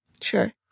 sure